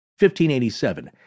1587